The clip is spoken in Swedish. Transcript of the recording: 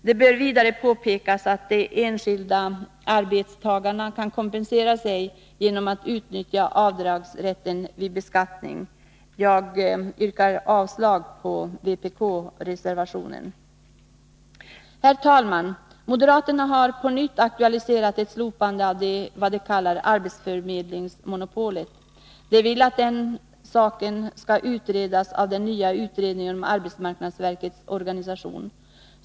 Det bör vidare påpekas att de enskilda arbetstagarna kan kompensera sig genom att utnyttja avdragsrätten vid beskattning. Jag yrkar avslag på vpk-reservationen på denna punkt. Herr talman! Moderaterna har på nytt aktualiserat ett slopande av vad de kallar arbetsförmedlingsmonopolet. De vill att saken skall studeras av den nya utredningen om arbetsmarknadsverkets organisation.